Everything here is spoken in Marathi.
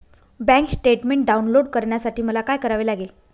बँक स्टेटमेन्ट डाउनलोड करण्यासाठी मला काय करावे लागेल?